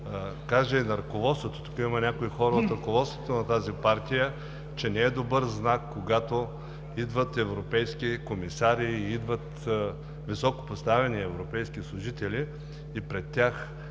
кажа и на ръководството – тук има някои хора от ръководството на тази партия, че не е добър знак, когато идват европейски комисари, идват високопоставени европейски служители и пред тях